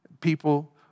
people